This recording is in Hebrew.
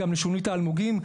גם לשונית האלמוגים.